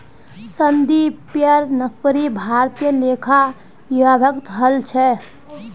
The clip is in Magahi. संदीपेर नौकरी भारतीय लेखा विभागत हल छ